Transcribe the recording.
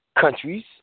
countries